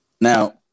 Now